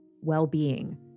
well-being